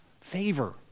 favor